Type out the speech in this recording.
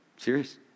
Serious